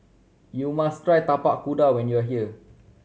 you must try Tapak Kuda when you are here